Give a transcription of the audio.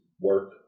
work